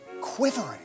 quivering